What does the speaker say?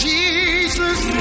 Jesus